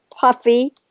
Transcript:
puffy